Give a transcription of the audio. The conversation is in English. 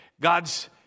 God's